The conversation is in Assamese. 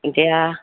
এতিয়া